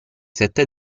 sette